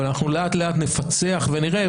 אבל אנחנו לאט לאט נפצח ונראה,